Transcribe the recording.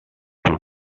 two